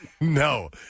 no